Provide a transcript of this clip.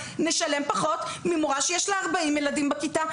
נשלם פחות ממורה שיש לה 40 ילדים בכיתה?